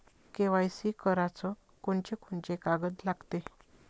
KYC कराच कोनचे कोनचे कागद लागते?